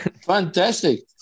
Fantastic